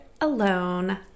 alone